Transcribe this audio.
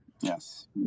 Yes